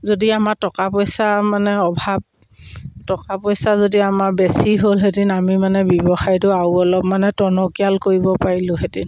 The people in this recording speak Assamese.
যদি আমাৰ টকা পইচা মানে অভাৱ টকা পইচা যদি আমাৰ বেছি হ'লহেঁতেন আমি মানে ব্যৱসায়টো আৰু অলপ মানে টনকিয়াল কৰিব পাৰিলোঁহেঁতেন